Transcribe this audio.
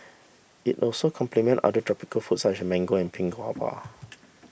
it also complement other tropical fruit such as mango and pink guava